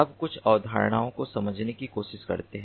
अब कुछ अवधारणाओं को समझने की कोशिश करते हैं